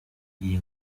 iyi